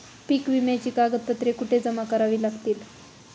पीक विम्याची कागदपत्रे कुठे जमा करावी लागतील?